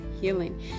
healing